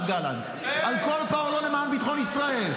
גלנט על כל פועלו למען ביטחון ישראל,